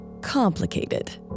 complicated